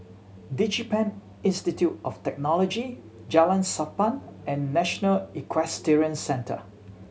DigiPen Institute of Technology Jalan Sappan and National Equestrian Centre